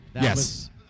Yes